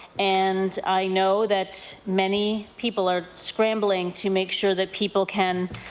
and i know that many people are scrambling to make sure that people can